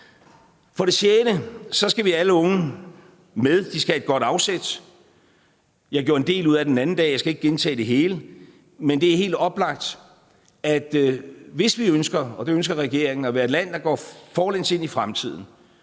For det sjette skal vi have alle unge med. De skal have et godt afsæt. Jeg gjorde en del ud af det den anden dag. Jeg skal ikke gentage det hele. Men det er helt oplagt, at hvis vi ønsker, og det ønsker regeringen, at være et land, der går forlæns ind i fremtiden